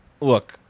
look